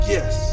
Yes